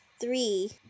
three